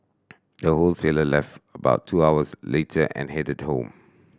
the wholesaler left about two hours later and headed home